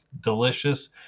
delicious